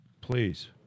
please